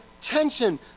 tension